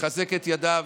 לחזק את ידיו,